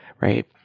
right